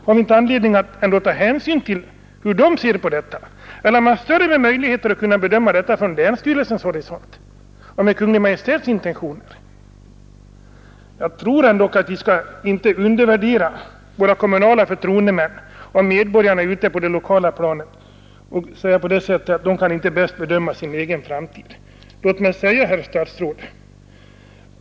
Har vi inte anledning att ta hänsyn till hur de ser på sin egen framtid eller har man större möjligheter att bedöma detta från länsstyrelsens horisont och med Kungl. Maj:ts intentioner som underlag? Jag tror ändock herr statsråd att våra kommunala förtroendemän och medborgarna ute på det lokala planet bäst kan bedöma sin egen framtid. Herr statsråd!